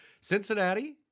Cincinnati